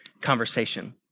conversation